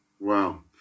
Wow